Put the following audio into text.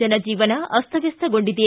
ಜನ ಜೀವನ ಅಸ್ತವಸ್ಥಗೊಂಡಿದೆ